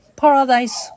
paradise